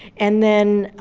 and then,